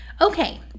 Okay